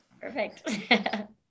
Perfect